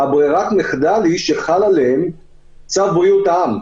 ברירת המחדל היא שחל עליהם צו בריאות העם.